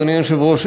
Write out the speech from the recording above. אדוני היושב-ראש,